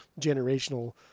generational